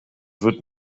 would